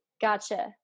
Gotcha